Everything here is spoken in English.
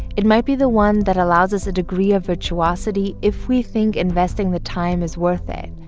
it might be the one that allows us a degree of virtuosity if we think investing the time is worth it,